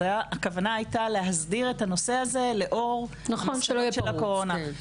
הכוונה הייתה להסדיר את הנושא הזה לאור המסקנות של הקורונה.